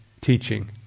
teaching